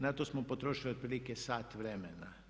Nato smo potrošili otprilike sat vremena.